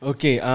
Okay